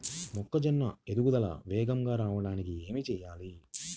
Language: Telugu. మొక్కజోన్న ఎదుగుదల వేగంగా రావడానికి ఏమి చెయ్యాలి?